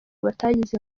batagize